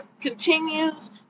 continues